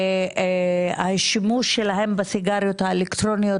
שהשימוש שלהם בסיגריות האלקטרוניות